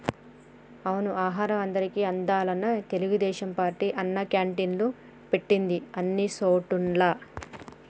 అవును ఆహారం అందరికి అందాలని తెలుగుదేశం పార్టీ అన్నా క్యాంటీన్లు పెట్టింది అన్ని సోటుల్లా